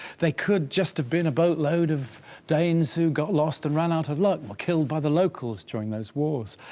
they could just have been a boatload of danes who got lost and ran out of luck were killed by the locals during those wars,